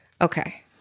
Okay